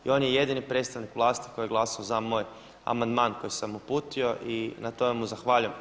I on je jedini predstavnik vlasti koji je glasao za moj amandman koji sam uputio i na tome mu zahvaljujem.